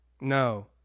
No